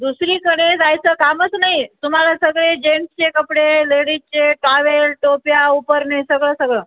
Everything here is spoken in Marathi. दुसरीकडे जायचं कामच नाही तुम्हाला सगळे जेंट्सचे कपडे लेडीजचे टावेल टोप्या उपरणे सगळं सगळं